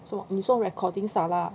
什么你说 recording salah